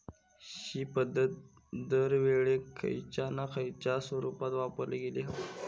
हि पध्दत दरवेळेक खयच्या ना खयच्या स्वरुपात वापरली गेली हा